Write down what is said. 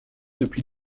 depuis